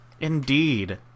Indeed